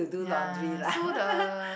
ya so the